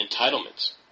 entitlements